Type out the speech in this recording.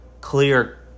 clear